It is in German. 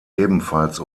ebenfalls